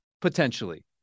potentially